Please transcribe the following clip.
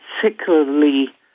particularly